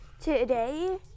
today